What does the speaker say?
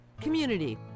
Community